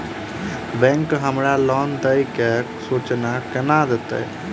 Bank हमरा loan देय केँ सूचना कोना देतय?